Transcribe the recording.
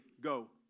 go